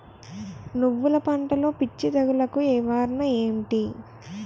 నువ్వులు పంటలో పిచ్చి తెగులకి నివారణ ఏంటి?